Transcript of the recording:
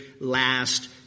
last